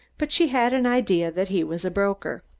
but she had an idea that he was a broker.